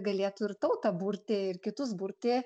galėtų ir tautą burti ir kitus burti